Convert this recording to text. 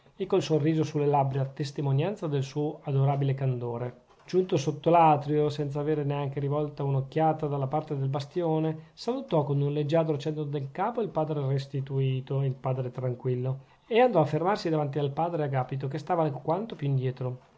e col sorriso sulle labbra testimonianza del suo adorabile candore giunto sotto l'atrio senza avere neanche rivolta un'occhiata dalla parte del bastione salutò con un leggiadro cenno del capo e il padre restituto e il padre tranquillo e andò a fermarsi davanti al padre agapito che stava alquanto più indietro